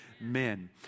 amen